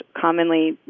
commonly